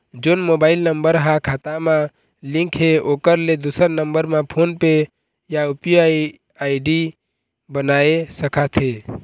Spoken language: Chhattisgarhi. जोन मोबाइल नम्बर हा खाता मा लिन्क हे ओकर ले दुसर नंबर मा फोन पे या यू.पी.आई आई.डी बनवाए सका थे?